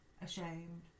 ashamed